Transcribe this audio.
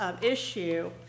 issue